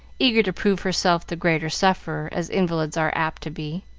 eager to prove herself the greater sufferer, as invalids are apt to be.